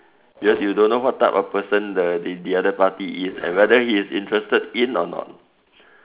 because you don't know what type of person the the other party is and whether he is interested in or not